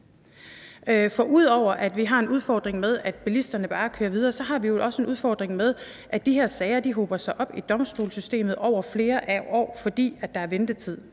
Så ud over at vi har en udfordring med, at bilisterne bare kører videre, så har vi jo også en udfordring med, at de her sager hober sig op i domstolssystemet over flere år, fordi der er ventetid